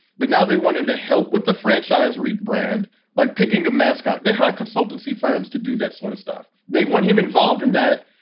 but now they want him to help with the franchise rebrand like picking a mascot. they um a consultancy firms to do that sort of stuff. they want him involved in that.